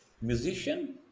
musician